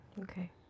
Okay